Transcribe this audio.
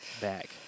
back